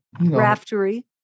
Raftery